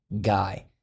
GUY